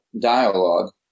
dialogue